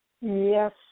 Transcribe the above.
Yes